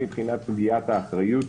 מבחינת קביעת האחריות,